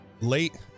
late